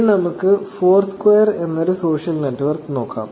ഇനി നമുക്ക് ഫോർസ്ക്വയർ എന്നൊരു സോഷ്യൽ നെറ്റ്വർക്ക് നോക്കാം